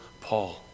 Paul